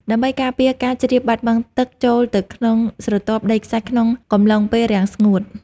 ដើម្បីការពារការជ្រាបបាត់បង់ទឹកចូលទៅក្នុងស្រទាប់ដីខ្សាច់ក្នុងកំឡុងពេលរាំងស្ងួត។